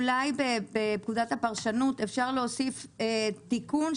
אולי בפקודת הפרשנות אפשר להוסיף תיקון,